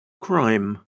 Crime